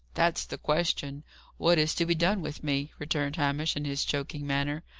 that's the question what is to be done with me? returned hamish, in his joking manner.